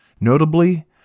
Notably